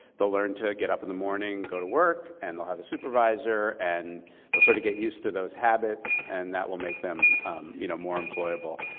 they'll learn to get up in the morning, go to work, and they'll have a supervisor, and they'll sort of get used to those habits, and that will make them you know more employable.